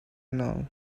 know